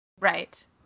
Right